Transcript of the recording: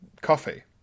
coffee